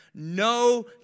no